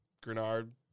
Grenard